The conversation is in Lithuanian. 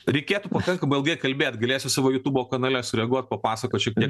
reikėtų pakankamai ilgai kalbėt galėsiu savo jutūbo kanale sureaguot papasakot šiek tiek